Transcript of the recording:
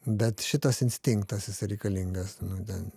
bet šitas instinktas jisai reikalingas nu ten